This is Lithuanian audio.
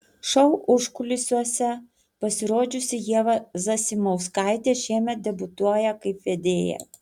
šou užkulisiuose pasirodžiusi ieva zasimauskaitė šiemet debiutuoja kaip vedėja